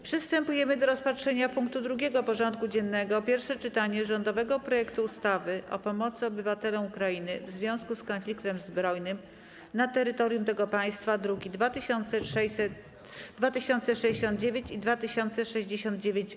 Przystępujemy do rozpatrzenia punktu 2. porządku dziennego: Pierwsze czytanie rządowego projektu ustawy o pomocy obywatelom Ukrainy w związku z konfliktem zbrojnym na terytorium tego państwa (druki nr 2069 i 2069-A)